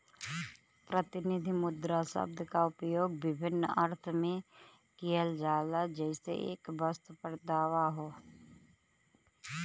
प्रतिनिधि मुद्रा शब्द क उपयोग विभिन्न अर्थ में किहल जाला जइसे एक वस्तु पर दावा हौ